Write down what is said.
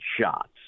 shots